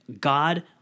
God